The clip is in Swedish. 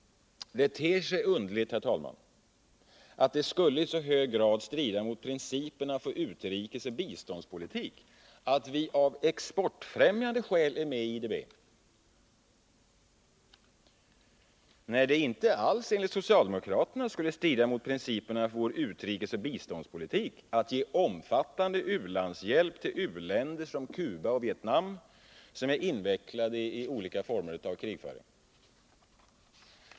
Det ter sig underligt, herr talman, ztt det i så hög grad skulle strida mot principerna för utrikesoch biståndspolitik att vi av exportfrämjande skäl är med i IDB, när det enligt socialdemokraterna inte alls skulle strida mot principerna för vår utrikesoch biståndspolitik att ge omfattande u-hjälp till länder som Cuba och Vietnam, som är invecklade i olika former av krigföring.